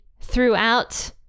throughout